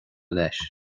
leis